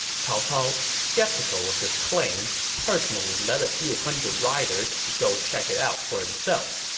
cao cao, skeptical of this claim, personally led a few hundred riders to go check it out for himself.